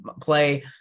play